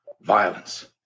violence